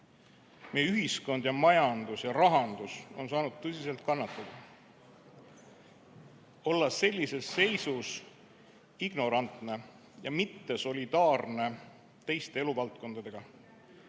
Meie ühiskond, majandus ja rahandus on saanud tõsiselt kannatada. Olla sellises seisus ignorantne ja mittesolidaarne teiste eluvaldkondadega,